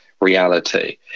reality